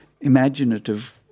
imaginative